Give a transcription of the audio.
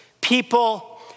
people